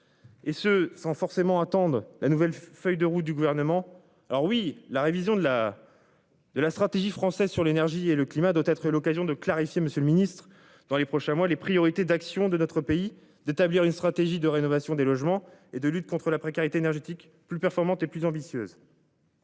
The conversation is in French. Et ce, sans forcément attendre la nouvelle feuille de route du gouvernement. Alors oui, la révision de la. De la stratégie française sur l'énergie et le climat doit être l'occasion de clarifier, Monsieur le Ministre, dans les prochains mois les priorités d'actions de notre pays d'établir une stratégie de rénovation des logements et de lutte contre la précarité énergétique plus performante et plus ambitieuse.